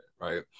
Right